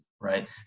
Right